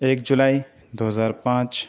ایک جولائی دو ہزار پانچ